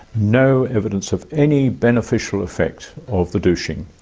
no evidence of any beneficial effect of the douching.